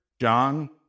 John